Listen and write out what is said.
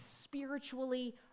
spiritually